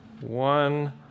One